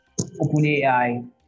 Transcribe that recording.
OpenAI